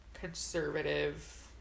conservative